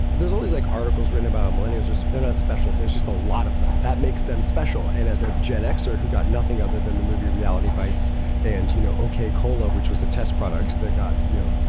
there's always like articles written about millennials or so they're not special. there's just a lot of them that makes them special. and as a gen xers who got nothing other than the movie reality bites and you know, okay, coehlo, which was a test product, they got, you know,